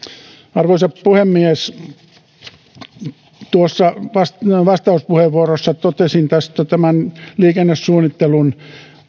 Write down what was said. arvoisa puhemies vastauspuheenvuorossa totesin tästä liikennesuunnittelun